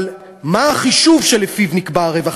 אבל מה החישוב שלפיו נקבע הרווח?